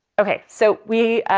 okay. so we,